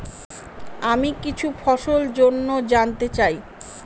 আমি কিছু ফসল জন্য জানতে চাই